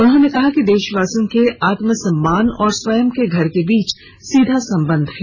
उन्होंने कहा कि देशवासियों के आत्म सम्मान और स्वयं के घर के बीच सीधा संबंध है